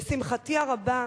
לשמחתי הרבה,